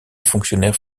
fonctionnaires